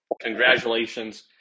Congratulations